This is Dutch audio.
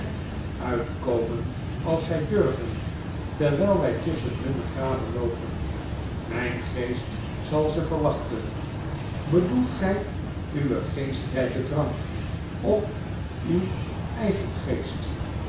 komen als zij durven terwijl wy tusschen hunne graven loopen mp geestzal ze verwachten bedoelt gij uw geestrrjken drank of uw eigen geest